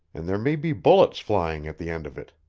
and there may be bullets flying at the end of it.